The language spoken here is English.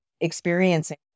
experiencing